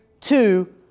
two